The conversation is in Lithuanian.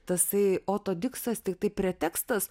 tasai oto diksas tiktai pretekstas